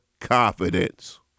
confidence